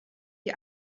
die